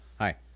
Hi